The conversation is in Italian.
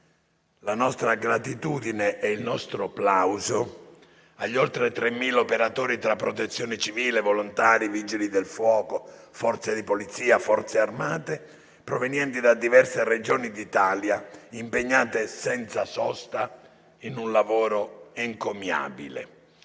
la nostra gratitudine e il nostro plauso agli oltre 3.000 operatori tra Protezione civile, volontari, Vigili del fuoco, Forze di polizia e Forze armate, provenienti da diverse Regioni d'Italia, impegnati senza sosta in un lavoro encomiabile.